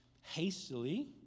hastily